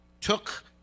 took